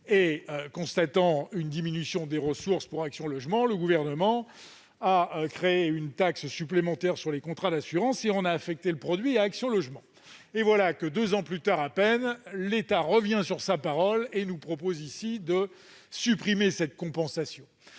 Constatant une diminution des ressources pour Action Logement, le Gouvernement a créé une taxe supplémentaire sur les contrats d'assurance et lui en a affecté le produit. Or, deux ans plus tard, l'État revient sur sa parole et nous propose ici de supprimer cette compensation.